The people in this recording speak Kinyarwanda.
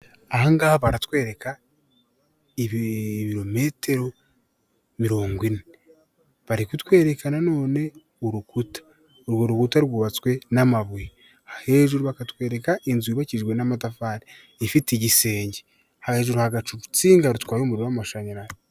Ahangaha baratwereka ibirometero mirongo ine, bari kutwereka na none urukuta, urwo rukuta rwubatswe n'amabuye, hejuru bakatwereka inzu yubakishijwe n'amatafari ifite igisenge hejuru hagaca urutsinga rutwaye umuriro w'amashanyarazi.